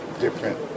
different